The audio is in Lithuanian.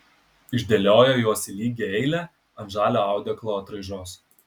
išdėliojo juos į lygią eilę ant žalio audeklo atraižos